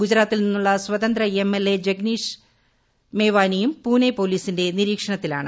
ഗുജറാത്തിൽ നിന്നുളള സ്വതന്ത്ര എംഎൽഎ ജിഗ്നേഷ് മേവാനിയും പൂനെ പോലീസിന്റെ നിരീക്ഷണത്തിലാണ്